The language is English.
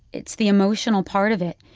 it's the emotional part of it.